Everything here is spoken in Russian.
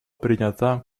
принята